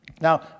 Now